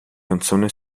canzone